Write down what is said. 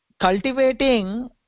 cultivating